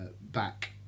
back